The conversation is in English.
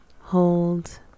hold